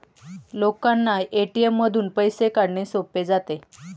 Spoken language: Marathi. लोकांना ए.टी.एम मधून पैसे काढणे सोपे जाते